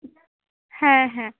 হ্যাঁ হ্যাঁ